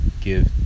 give